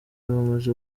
bamaze